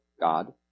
God